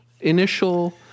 initial